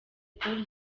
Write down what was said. paul